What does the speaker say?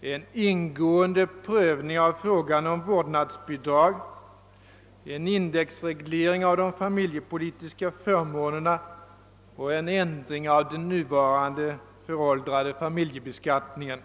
en noggrann prövning av frågan om vårdnadsbidrag, en indexreglering av de familjepolitiska förmånerna och en ändring av den nuvarande föråldrade familjebeskattningen.